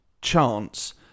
chance